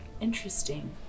Interesting